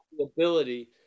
ability